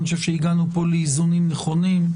אני חושב שהגענו פה לאיזונים נכונים.